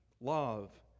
love